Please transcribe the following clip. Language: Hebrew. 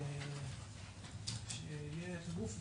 שיהיה גוף.